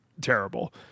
terrible